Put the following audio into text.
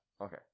Okay